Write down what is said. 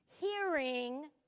Hearing